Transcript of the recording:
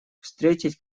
встретить